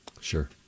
Sure